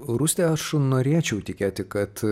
rūsti aš norėčiau tikėti kad